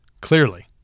clearly